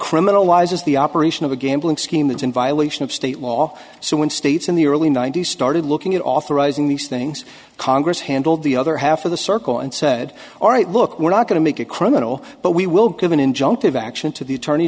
criminalizes the operation of a gambling scheme is in violation of state law so when states in the early ninety's started looking at authorizing these things congress handled the other half of the circle and said all right look we're not going to make it criminal but we will give an injunctive action to the attorney